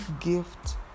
gift